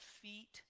feet